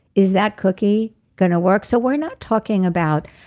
is that cookie going to work? so we're not talking about.